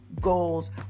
goals